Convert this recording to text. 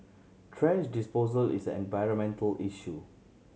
thrash disposal is an environmental issue